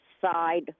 side